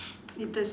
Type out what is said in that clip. it doesn't